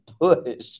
push